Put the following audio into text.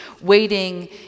waiting